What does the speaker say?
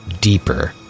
deeper